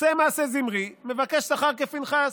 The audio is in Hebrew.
עושה מעשה זמרי, מבקש שכר כפנחס.